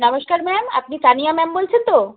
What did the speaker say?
নমস্কার ম্যাম আপনি তানিয়া ম্যাম বলছেন তো